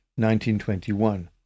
1921